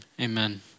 Amen